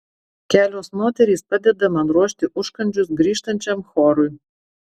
kelios moterys padeda man ruošti užkandžius grįžtančiam chorui